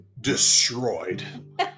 destroyed